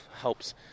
helps